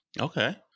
Okay